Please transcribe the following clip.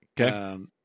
Okay